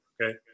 Okay